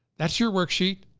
that's your worksheet.